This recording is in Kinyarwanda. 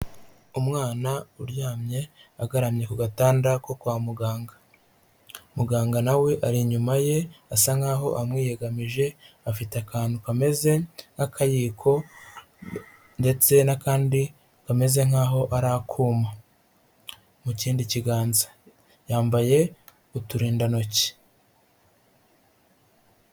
Umwana uryamye agaramye ku gatanda ko kwa muganga, muganga nawe ari inyuma ye asa nkaho amwiyegamije afite akantu kameze nk'akayiko ndetse n'akandi kameze nk'aho ari akuma mu kindi kiganza yambaye uturindantoki.